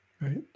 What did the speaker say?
right